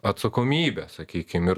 atsakomybė sakykim ir